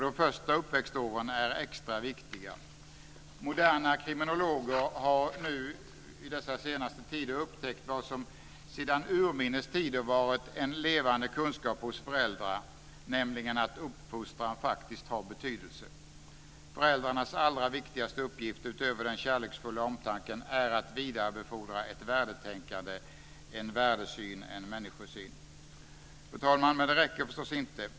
De första uppväxtåren är extra viktiga. Moderna kriminologer har på den senaste tiden upptäckt vad som sedan urminnes tider varit en levande kunskap hos föräldrar, nämligen att uppfostran faktiskt har betydelse. Föräldrarnas allra viktigaste uppgift utöver den kärleksfulla omtanken är att vidarebefordra ett värdetänkande, en värdesyn och en människosyn. Fru talman! Men det räcker förstås inte.